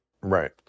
Right